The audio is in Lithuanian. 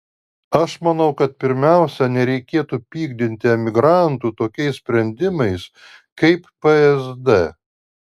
aš manau kad pirmiausia nereikėtų pykdyti emigrantų tokiais sprendimais kaip psd